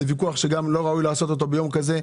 זה ויכוח שגם לא ראוי לעשות אותו ביום כזה.